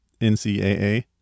NCAA